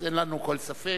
אין לנו כל ספק.